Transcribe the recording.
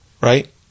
Right